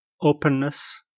openness